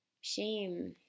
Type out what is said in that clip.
Shame